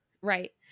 right